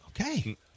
Okay